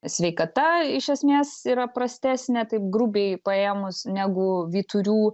sveikata iš esmės yra prastesnė taip grubiai paėmus negu vyturių